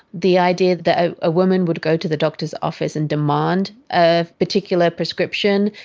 the idea that ah a woman would go to the doctor's office and demand a particular prescription,